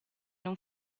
non